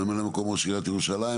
ממלא מקומו של עיריית ירושלים,